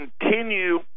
continue